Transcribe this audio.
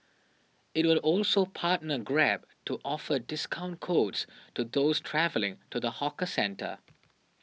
it will also partner Grab to offer discount codes to those travelling to the hawker centre